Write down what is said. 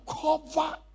cover